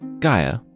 Gaia